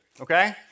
okay